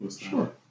Sure